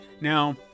Now